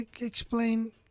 explain